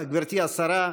גברתי השרה,